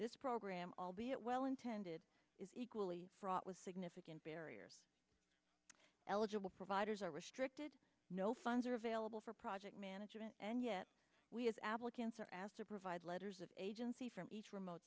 this program albeit well intended is equally fraught with significant barriers eligible providers are restricted no funds are available for project management and yet we as applicants are asked to provide letters of agency for each remote